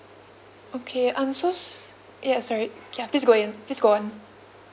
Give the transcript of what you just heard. okay I'm so s~ ya sorry please go in please go on